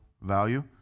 value